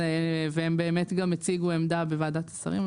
הם באמת הציגו עמדה בוועדת השרים.